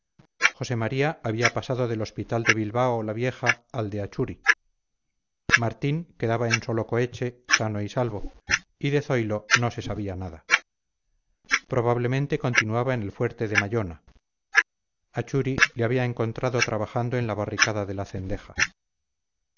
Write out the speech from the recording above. josé maría había pasado del hospital de bilbao la vieja al de achuri martín quedaba en solocoeche sano y salvo y de zoilo no se sabía nada probablemente continuaba en el fuerte de mallona a churi le había encontrado trabajando en la barricada de